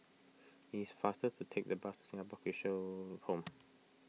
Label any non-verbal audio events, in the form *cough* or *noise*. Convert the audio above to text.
it is faster to take the bus Singapore *unintelligible* Home